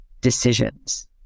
decisions